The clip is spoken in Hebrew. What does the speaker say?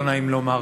לא נעים לומר.